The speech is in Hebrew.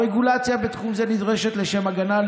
הרגולציה בתחום זה נדרשת לשם הגנה על